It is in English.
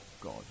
God